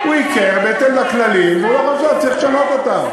הוא ייקר בהתאם לכללים, צריך לשנות אותם.